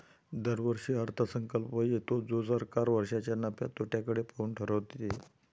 दरवर्षी अर्थसंकल्प येतो जो सरकार वर्षाच्या नफ्या तोट्याकडे पाहून ठरवते